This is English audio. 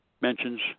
mentions